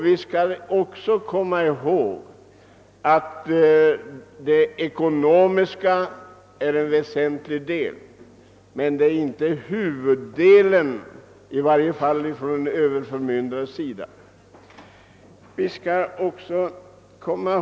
De ekonomiska frågorna är visserligen viktiga, men de upptar i varje fall inte huvuddelen av överförmyndarnas arbete.